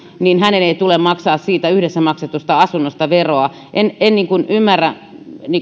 niin hänen ei tule maksaa siitä yhdessä maksetusta asunnosta veroa en en ymmärrä